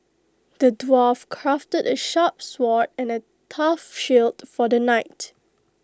the dwarf crafted A sharp sword and A tough shield for the knight